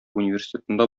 университетында